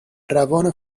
روان